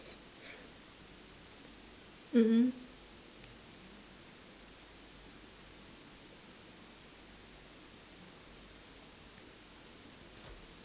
mm mm